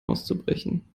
auszubrechen